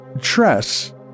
Tress